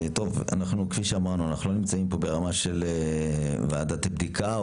אנחנו לא נמצאים כאן ברמת ועדת בדיקה,